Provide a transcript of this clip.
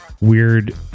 weird